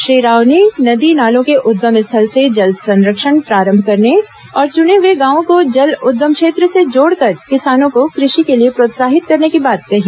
श्री राव ने नदी नालों के उद्गम स्थल से जल संरक्षण प्रारंभ करने और चुने हुए गांवों को जल उद्गम क्षेत्र से जोड़कर किसानों को कृषि के लिए प्रोत्साहित करने की बात कही